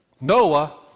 Noah